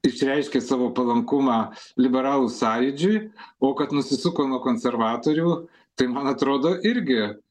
išreiškė savo palankumą liberalų sąjūdžiui o kad nusisuko nuo konservatorių tai man atrodo irgi